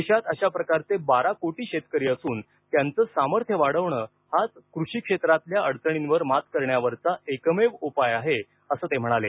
देशात अशा प्रकारचे बारा कोटी शेतकरी असून त्यांचं सामर्थ्य वाढवणं हाच कृषी क्षेत्रातल्या अडचणींवर मात करण्यावरचा एकमेव उपाय आहे असं ते म्हणाले